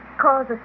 Cause